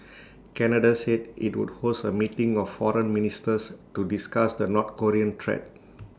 Canada said IT would host A meeting of foreign ministers to discuss the north Korean threat